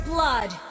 Blood